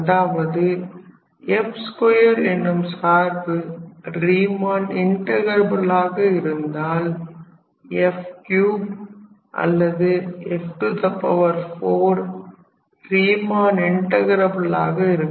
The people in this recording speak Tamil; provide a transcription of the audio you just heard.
அதாவது f 2 என்னும் சார்பு ரீமன் இன்ட்டகிரபிலாக இருந்தால் f 3 அல்லது f 4 ரீமன் இன்ட்டகிரபிலாக இருக்கும்